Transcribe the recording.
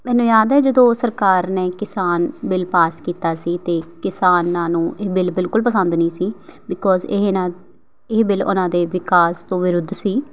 ਮੈਨੂੰ ਯਾਦ ਹੈ ਜਦੋਂ ਸਰਕਾਰ ਨੇ ਕਿਸਾਨ ਬਿੱਲ ਪਾਸ ਕੀਤਾ ਸੀ ਅਤੇ ਕਿਸਾਨਾਂ ਨੂੰ ਇਹ ਬਿੱਲ ਬਿਲਕੁਲ ਪਸੰਦ ਨਹੀਂ ਸੀ ਬਿਕੋਜ਼ ਇਹ ਨਾ ਇਹ ਬਿੱਲ ਉਹਨਾਂ ਦੇ ਵਿਕਾਸ ਤੋਂ ਵਿਰੁੱਧ ਸੀ